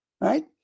Right